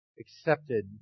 accepted